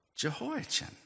Jehoiachin